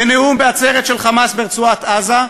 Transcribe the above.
בנאום בעצרת של "חמאס" ברצועת-עזה,